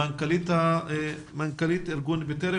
מנכ"לית ארגון "בטרם",